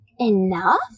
enough